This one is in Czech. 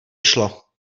šlo